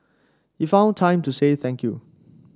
he found time to say thank you